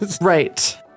Right